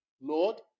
Lord